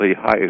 high